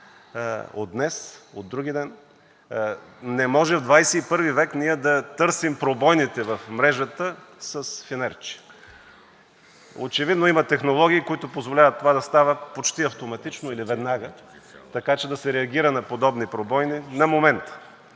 от днес, от други ден? Не може в 21-ви век ние да търсим пробойните в мрежата с фенерче. Очевидно има технологии, които позволяват това да става почти автоматично или веднага, така че да се реагира на подобни пробойни на момента